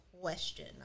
question